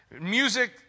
Music